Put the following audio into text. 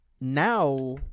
now